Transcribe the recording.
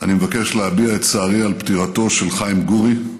אני מבקש להביע את צערי על פטירתו של חיים גורי,